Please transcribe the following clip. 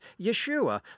Yeshua